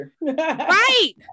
Right